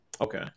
Okay